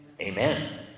Amen